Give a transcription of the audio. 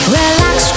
relax